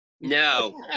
No